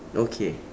okay